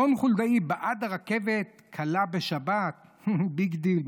"רון חולדאי בעד רכבת קלה בשבת" ביג דיל.